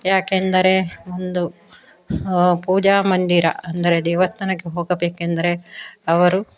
ಯಾಕೆಂದರೆ ಒಂದು ಪೂಜಾ ಮಂದಿರ ಅಂದರೆ ದೇವಸ್ಥಾನಕ್ಕೆ ಹೋಗಬೇಕೆಂದರೆ ಅವರು